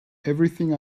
everything